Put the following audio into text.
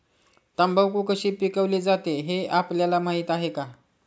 तंबाखू कशी पिकवली जाते हे आपल्याला माहीत आहे का?